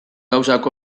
gauzak